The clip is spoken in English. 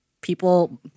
people